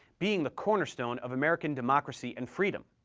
being the cornerstone of american democracy and freedom.